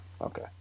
okay